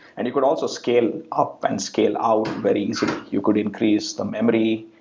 and it would also scale up and scale out very easily. you could increase the memory.